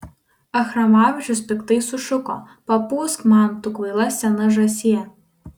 achramavičius piktai sušuko papūsk man tu kvaila sena žąsie